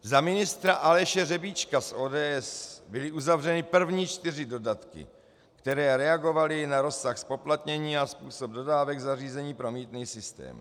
Za ministra Aleše Řebíčka z ODS byly uzavřeny první čtyři dodatky, které reagovaly na rozsah zpoplatnění a způsob dodávek zařízení pro mýtný systém.